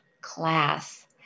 class